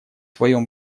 своем